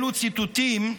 אלו ציטוטים,